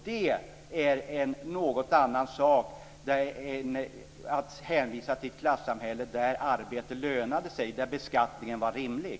Det är något annat än att hänvisa till ett klassamhälle, där arbete lönade sig och där beskattningen var rimlig.